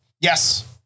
Yes